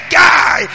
guy